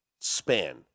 span